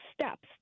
steps